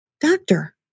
doctor